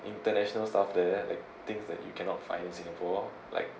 international stuff there like things that you cannot find in singapore like